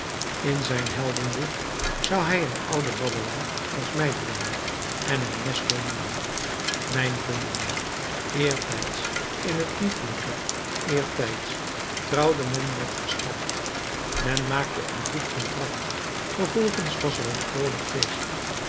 in zijn heldendicht zou hij een ouden babbelaar als mij brengen en hem nestor noemen mijn vrienden eertijds in het liefelijke eertijds trouwde men met verstand men maakte een goed contract vervolgens was er een vroolijk feest